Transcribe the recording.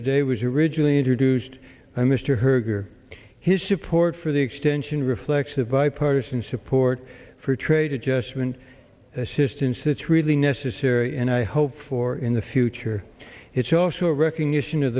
today was originally introduced by mr herger his support for the extension reflects the bipartisan support for trade adjustment assistance that's really necessary and i hope for in the future it's also a recognition of